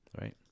right